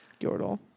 Yordle